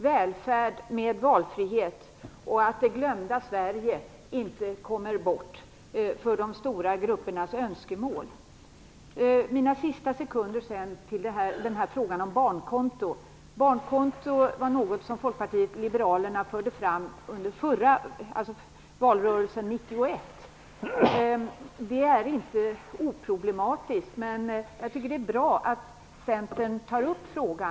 Det är viktigt att det glömda Sverige och välfärd med valfrihet inte kommer bort för de stora gruppernas önskemål. Barnkonto var något som Folkpartiet liberalerna förde fram under valrörelsen 91. Det är inte oproblematiskt, men det är bra att Centern tar upp frågan.